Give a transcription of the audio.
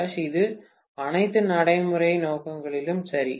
R2' இது அனைத்து நடைமுறை நோக்கங்களுக்கும் சரி